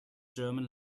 german